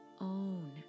own